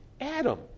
Adam